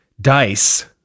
Dice